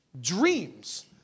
dreams